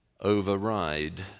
override